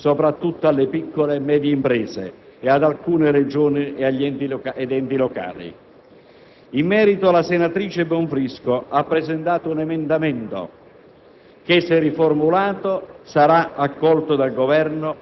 e i mutui variabili hanno creato non pochi problemi, soprattutto alle piccole e medie imprese e ad alcune Regioni ed enti locali. In merito, la senatrice Bonfrisco ha presentato un emendamento